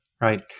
right